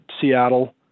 Seattle